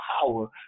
power